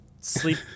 sleep